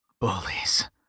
Bullies